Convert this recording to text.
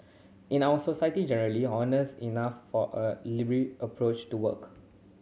in our society generally honest enough for a approach to work